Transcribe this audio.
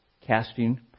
casting